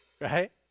Right